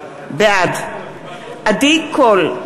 בעד עדי קול,